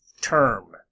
term